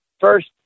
first